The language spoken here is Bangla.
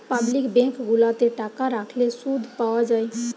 পাবলিক বেঙ্ক গুলাতে টাকা রাখলে শুধ পাওয়া যায়